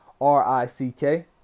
R-I-C-K